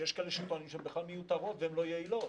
ויש כאלה הטוענים שהן בכלל מיותרות ולא יעילות.